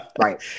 right